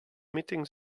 meetings